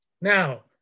Now